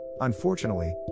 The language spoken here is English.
Unfortunately